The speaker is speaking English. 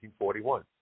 1941